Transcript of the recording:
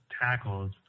tackles